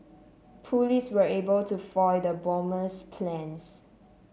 police were able to foil the bomber's plans